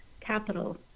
capital